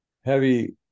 heavy